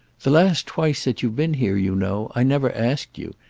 the last twice that you've been here, you know, i never asked you,